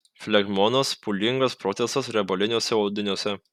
flegmonas pūlingas procesas riebaliniuose audiniuose